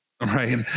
Right